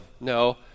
No